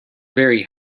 very